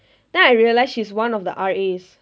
then I realise she's one of the R_As